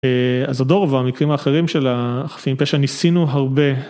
אז הדור והמקרים האחרים של החפים פשע, ניסינו הרבה.